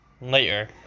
later